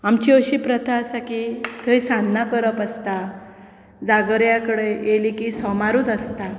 आमची अशी प्रथा आसा की थंय सान्नां करप आसता जागऱ्या कडेन आयलें की सोमारूच आसता